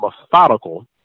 methodical